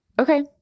Okay